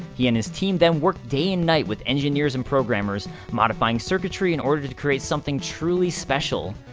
he and his team then worked day and night with engineers and programmers, modifying circuitry in order to create something truly special.